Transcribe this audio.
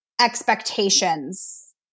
expectations